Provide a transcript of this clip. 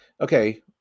Okay